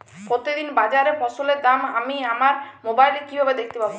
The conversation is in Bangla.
প্রতিদিন বাজারে ফসলের দাম আমি আমার মোবাইলে কিভাবে দেখতে পাব?